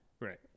Right